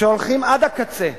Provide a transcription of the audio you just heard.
שהולכים עד הקצה.